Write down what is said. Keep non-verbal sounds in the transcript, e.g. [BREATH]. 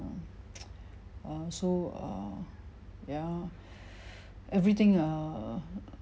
[NOISE] uh so uh ya [BREATH] everything err